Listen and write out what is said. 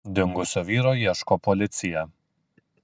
dingusio vyro ieško policija